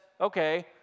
okay